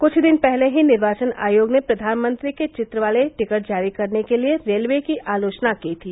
कृष्ठ दिन पहले ही निर्वाचन आयोग ने प्रधानमंत्री के चित्र वाले टिकट जारी करने के लिए रेलये की आलोचना की थी